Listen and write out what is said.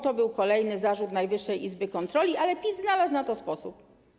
To był kolejny zarzut Najwyższej Izby Kontroli, ale PiS znalazł na to sposób.